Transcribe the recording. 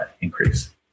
increase